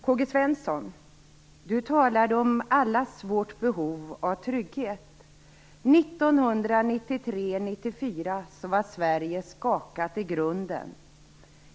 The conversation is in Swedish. K-G Svenson talade om allas vårt behov av trygghet. 1993-1994 var Sverige skakat i grunden.